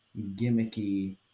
gimmicky